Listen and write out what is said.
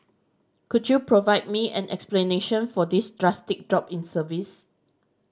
could you provide me an explanation for this drastic drop in service